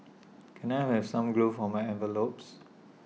can I have some glue for my envelopes